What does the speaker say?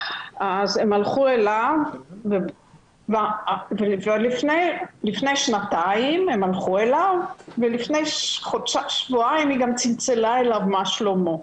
אז הן הלכו אליו לפני שנתיים ולפני שבועיים היא גם צלצלה אליו מה שלומו.